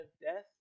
death